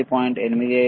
85 49